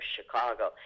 Chicago